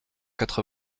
quatre